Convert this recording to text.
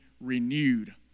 renewed